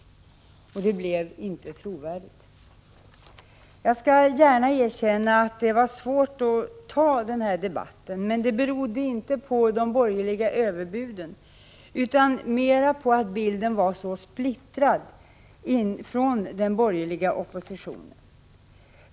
Det blev inte trovärdigt. Jag skall gärna erkänna att det var svårt att ta den här debatten, men det berodde inte på de borgerliga överbuden utan mera på att bilden var så splittrad inom den borgerliga oppositionen.